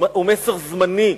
הוא מסר זמני,